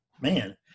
man